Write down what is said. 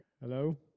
Hello